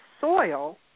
soil